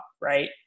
right